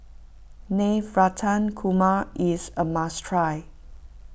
Navratan Korma is a must try